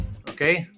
okay